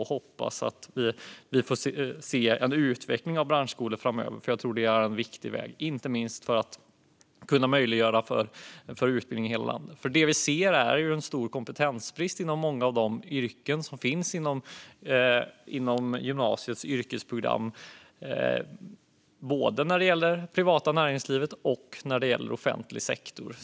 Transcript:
Vi hoppas att vi får se en utveckling av branschskolorna framöver, för jag tror att det är en viktig väg, inte minst för att möjliggöra för utbildning i hela landet. Det vi ser är en stor kompetensbrist inom många av de yrken som finns inom gymnasiets yrkesprogram, både när det gäller det privata näringslivet och när det gäller offentlig sektor.